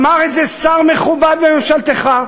אמר את זה שר מכובד בממשלתך,